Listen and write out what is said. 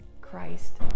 Christ